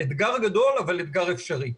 אתגר גדול אבל אתגר אפשרי.